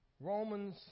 Romans